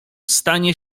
stanie